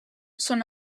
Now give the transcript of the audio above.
són